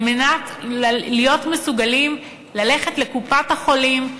מנת להיות מסוגלים ללכת לקופת-החולים,